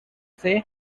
say